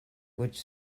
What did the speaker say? which